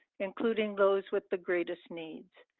including those with the greatest needs.